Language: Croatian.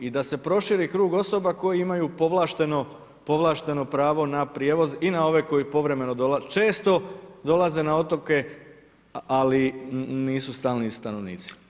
I da se proširi krug osoba koji imaju povlašteno pravo na prijevoz i na ove koji povremeno dolaze, često dolaze na otoke, ali nisu stalni stanovnici.